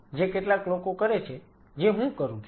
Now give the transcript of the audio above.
જે કેટલાક લોકો કરે છે જે હું કરું છું